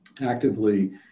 actively